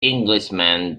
englishman